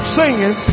singing